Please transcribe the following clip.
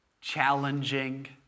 challenging